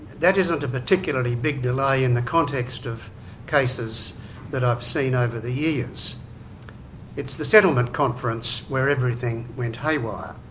that isn't a particularly big delay in the context of cases that i've seen over the years it's the settlement conference where everything went haywire.